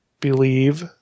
Believe